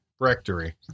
Rectory